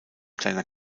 kleiner